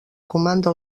comanda